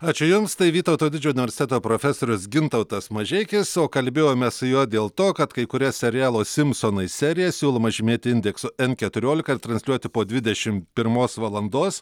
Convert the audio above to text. ačiū jums tai vytauto didžiojo universiteto profesorius gintautas mažeikis o kalbėjomės su juo dėl to kad kai kurias serialo simsonai serijas siūloma žymėti indeksu n keturiolika ir transliuoti po dvidešim pirmos valandos